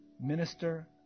minister